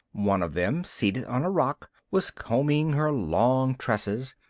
one of them, seated on a rock, was combing her long tresses,